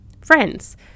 friends